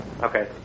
Okay